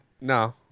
No